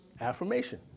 Affirmation